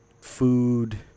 Food